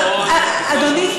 אדוני,